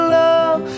love